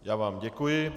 Já vám děkuji.